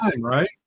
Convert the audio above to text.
right